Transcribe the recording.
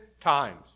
times